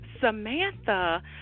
Samantha